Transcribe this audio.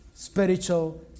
spiritual